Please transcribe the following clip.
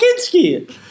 Kinski